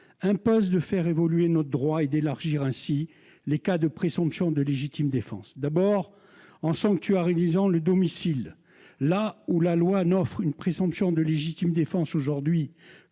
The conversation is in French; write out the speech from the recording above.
imposent de faire évoluer notre droit et d'élargir ainsi les cas de présomption de légitime défense. Il convient tout d'abord de sanctuariser le domicile. Là où la loi n'offre une présomption de légitime défense que « pour